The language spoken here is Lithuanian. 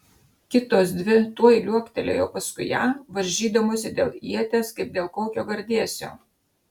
kitos dvi tuoj liuoktelėjo paskui ją varžydamosi dėl ieties kaip dėl kokio gardėsio